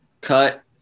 cut